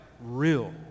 real